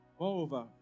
Moreover